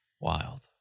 Wild